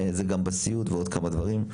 זה גם בסיעוד ועוד כמה דברים.